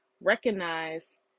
recognize